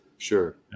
Sure